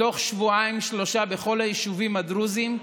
בתוך שבועיים-שלושה בכל היישובים הדרוזיים,